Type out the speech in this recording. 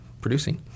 producing